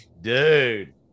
dude